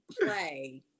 play